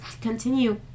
continue